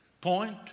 point